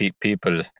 people